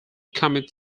commit